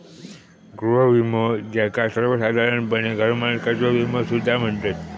गृह विमो, ज्याका सर्वोसाधारणपणे घरमालकाचा विमो सुद्धा म्हणतत